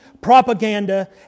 propaganda